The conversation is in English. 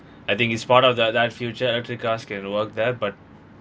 I think is part of that that future electric cars can work there but